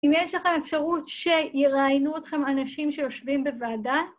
אם יש לכם אפשרות שיראיינו אתכם אנשים שיושבים בוועדה